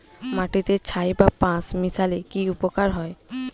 মাটিতে ছাই বা পাঁশ মিশালে কি উপকার হয়?